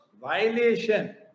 violation